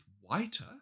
whiter